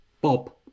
Bob